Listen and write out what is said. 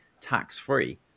tax-free